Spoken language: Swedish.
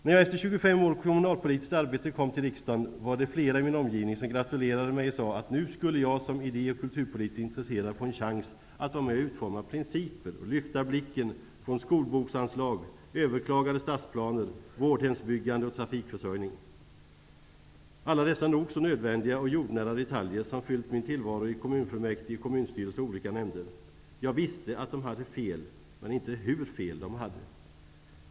När jag efter 25 år av kommunalpolitiskt arbete kom till riksdagen, var det flera i min omgivning som gratulerade mig och sade att nu skulle jag som idé och kulturpolitiskt intresserad få en chans att vara med och utforma principer och lyfta blicken från skolboksanslag, överklagade stadsplaner, vårdhemsbyggande och trafikförsörjning, alla dessa nog så nödvändiga och jordnära detaljer som fyllt min tillvaro i kommunfullmäktige, kommunstyrelse och olika nämnder. Jag visste att de hade fel, men inte hur fel de hade.